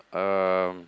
um